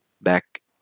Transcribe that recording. back